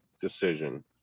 decision